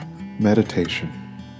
Meditation